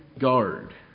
guard